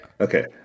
Okay